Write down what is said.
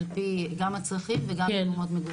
עפ"י גם הצרכים וגם מקום מגורים.